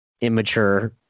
immature